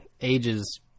ages